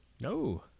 No